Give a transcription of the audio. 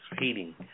heating